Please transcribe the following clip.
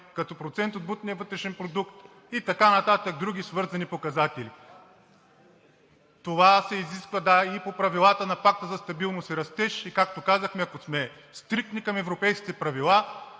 като процент от брутния вътрешен продукт и така нататък, други свързани показатели? Това се изисква. Да, и по правилата на Пакта за стабилност и растеж, и както казахме, ако сме стриктни към европейските правила,